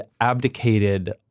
abdicated